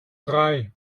drei